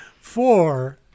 Four